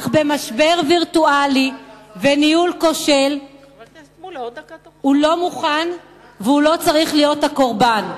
אך במשבר וירטואלי וניהול כושל הוא לא מוכן ולא צריך להיות הקורבן.